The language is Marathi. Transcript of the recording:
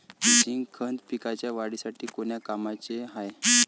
झिंक खत पिकाच्या वाढीसाठी कोन्या कामाचं हाये?